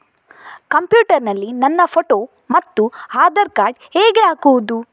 Computer ನಲ್ಲಿ ನನ್ನ photo ಮತ್ತು ಆಧಾರ್ ಕಾರ್ಡ್ ಹೇಗೆ ಹಾಕುವುದು?